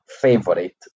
favorite